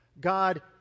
God